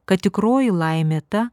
kad tikroji laimė ta